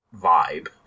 vibe